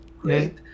great